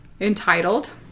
entitled